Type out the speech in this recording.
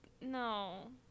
no